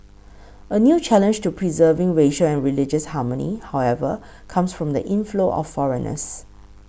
a new challenge to preserving racial and religious harmony however comes from the inflow of foreigners